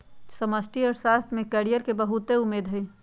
समष्टि अर्थशास्त्र में कैरियर के बहुते उम्मेद हइ